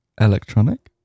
Electronic